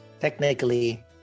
technically